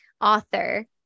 author